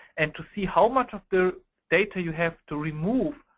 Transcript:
and to see how much of the data you have to remove,